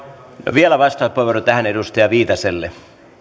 vielä vastauspuheenvuoro tähän edustaja viitaselle